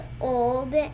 old